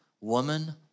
woman